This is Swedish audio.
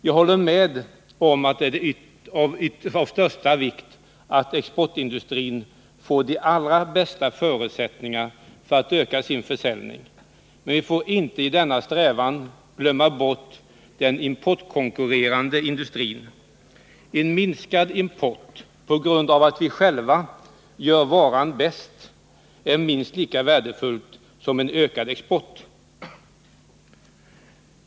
Jag håller med om att det är av största vikt att exportindustrin får de allra bästa förutsättningar för att öka sin försäljning, men vi får inte i denna strävan glömma bort den importkonkurrerande industrin. En minskning av importen på grund av att vi själva ”gör varan bäst” är minst lika värdefull som en ökning av exporten.